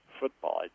football